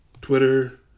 Twitter